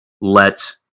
let